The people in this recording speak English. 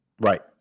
Right